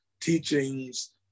teachings